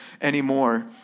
anymore